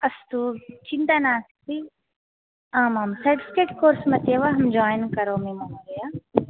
अस्तु चिन्ता नास्ति आमाम् सर्टिफ़िकेट् कोर्स् मधुये एव अहं जायिन् करोमि महोदय